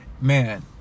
Man